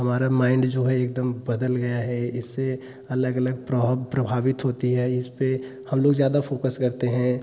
हमारा माइंड जो है एकदम बदल गया है इससे अलग अलग प्रभाव प्रभावित होती है इस पर हम लोग ज़्यादा फोकस करते हैं